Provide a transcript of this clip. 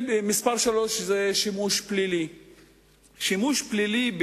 השימוש השלישי הוא